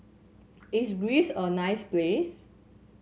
is Greece a nice place